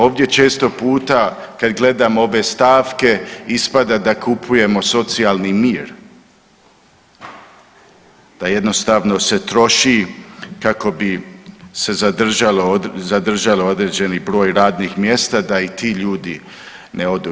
Ovdje često puta kad gledamo ove stavke ispada da kupujemo socijalni mir, da jednostavno se troši kako bi se zadržalo, zadržalo određeni broj radnih mjesta da i ti ljudi ne odu.